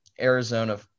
Arizona